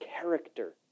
character